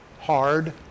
hard